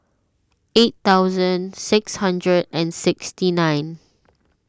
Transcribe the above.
eight thousand six hundred and sixty nine